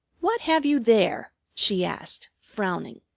what have you there? she asked, frowning,